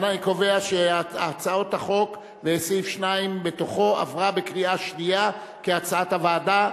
אני קובע שהצעת החוק וסעיף 2 בתוכה עברה בקריאה שנייה כהצעת הוועדה.